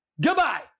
Goodbye